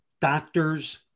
doctors